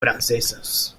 francesas